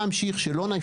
יכלו להפיל אותו,